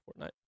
Fortnite